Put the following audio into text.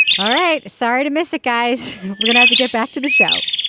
all right sorry to miss it guys. we're gonna have to get back to the show.